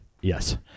yes